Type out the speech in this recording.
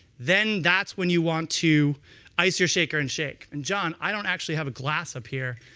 then that's when you want to ice your shaker and shake. and, john, i don't actually have a glass up here.